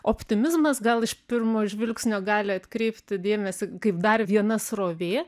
optimizmas gal iš pirmo žvilgsnio gali atkreipti dėmesį kaip dar viena srovė